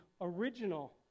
original